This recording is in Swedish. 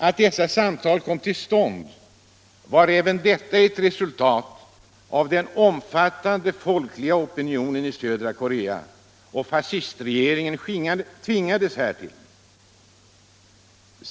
Att dessa samtal kom till stånd var också ett resultat av den omfattande folkliga opinionen i södra Korea. Fascistregeringen tvingades därtill.